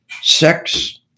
sex